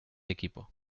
equipo